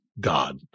God